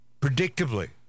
predictably